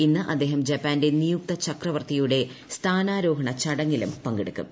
ഇന്ന് അദ്ദേഹം ജപ്പാന്റെ നിയുക്ത ചക്രവർത്തിയുടെ സ്ഥാനാരോഹണ ചടങ്ങിലും പങ്കെടുക്കും